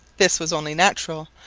this was only natural,